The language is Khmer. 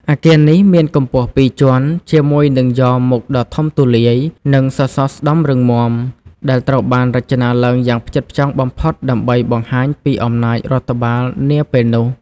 អគារនេះមានកម្ពស់ពីរជាន់ ជាមួយនឹងយ៉រមុខដ៏ធំទូលាយ និងសសរស្ដម្ភរឹងមាំ ដែលត្រូវបានរចនាឡើងយ៉ាងផ្ចិតផ្ចង់បំផុតដើម្បីបង្ហាញពីអំណាចរដ្ឋបាលនាពេលនោះ។